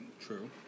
true